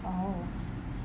oh